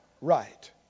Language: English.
right